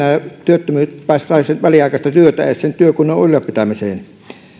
työttömät saisivat väliaikaista työtä edes sen työkunnon ylläpitämiseen